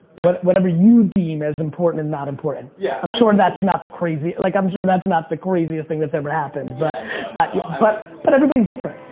whatever you deem as important and not important. yeah. i'm sure and that's not the craziest, like i'm sure that's not the craziest thing that's ever happened. but yeah but but everybody's different.